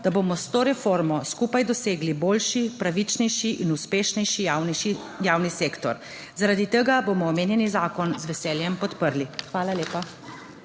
da bomo s to reformo skupaj dosegli boljši, pravičnejši in uspešnejši javni sektor, zaradi tega bomo omenjeni zakon z veseljem podprli. Hvala lepa.